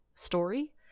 story